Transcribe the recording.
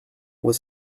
was